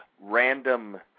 random